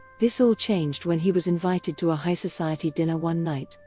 this all changed when he was invited to a high-society dinner one night,